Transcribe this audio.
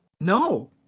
No